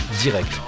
direct